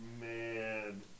man